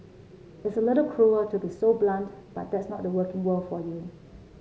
it's a little cruel to be so blunt but that's not the working world for you